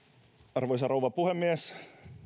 arvoisa rouva puhemies